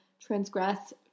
transgress